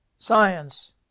Science